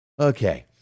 Okay